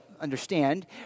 understand